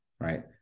right